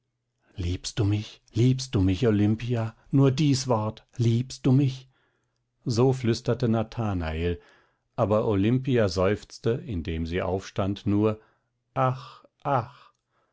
liebst du mich liebst du mich olimpia nur dies wort liebst du mich so flüsterte nathanael aber olimpia seufzte indem sie aufstand nur ach ach